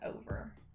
over